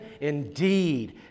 indeed